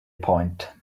point